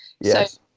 Yes